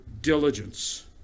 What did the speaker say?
diligence